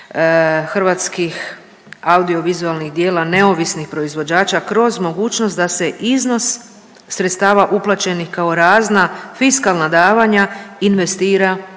hrvatskih audiovizualnih djela neovisnih proizvođača kroz mogućnost da se iznos sredstava uplaćenih kao razna fiskalna davanja investira